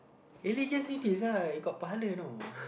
religious desire got you know